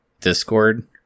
Discord